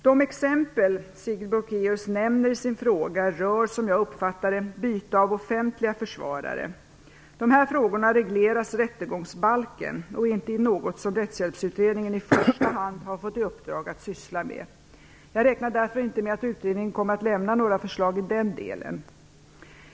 De exempel som Sigrid Bolkéus nämner i sin fråga rör, som jag uppfattar det, byte av offentliga försvarare. De här frågorna regleras i rättegångsbalken och är inte något som Rättshjälpsutredningen i första hand har fått i uppdrag att syssla med. Jag räknar därför inte med att utredningen kommer att lämna några förslag i den delen.